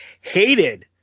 hated